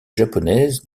japonaises